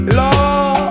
law